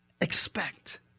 Expect